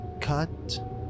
cut